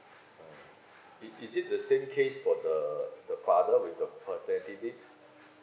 oh is is it the same case for the the father with the paternity leave